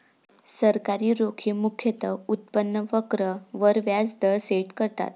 सरकारी रोखे मुख्यतः उत्पन्न वक्र वर व्याज दर सेट करतात